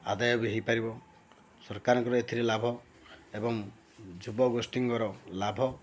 ଆଦାୟ ବି ହେଇପାରିବ ସରକାରଙ୍କର ଏଥିରେ ଲାଭ ଏବଂ ଯୁବଗୋଷ୍ଠୀଙ୍କର ଲାଭ